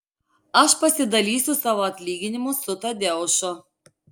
aš pasidalysiu savo atlyginimu su tadeušu